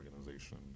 organization